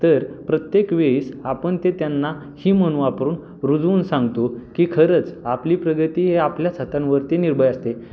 तर प्रत्येक वेळेस आपण ते त्यांना ही म्हण वापरून रुजवून सांगतो की खरंच आपली प्रगती हे आपल्याच हातांवरती निर्भय असते